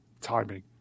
timing